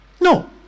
No